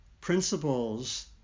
principles